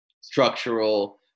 structural